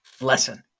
lesson